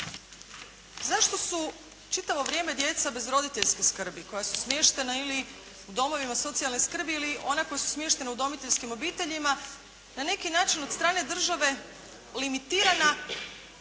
Zašto su čitavo vrijeme djeca bez roditeljske skrbi koja su smještena ili u domovima socijalne skrbi ili ona koja su smještena udomiteljskim obiteljima, na neki način od strane države limitirana